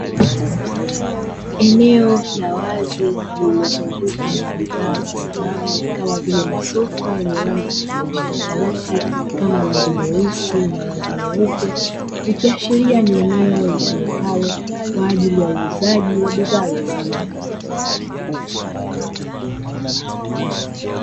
Eneo la wazi lililozungukwa na bidhaa za samani kama vile masofa yenye rangi tofauti tofauti kama rangi nyeusi na rangi nyeupe, ikiashiria ni eneo litumikalo kwa ajili ya uuzaji wa bidhaa za samani.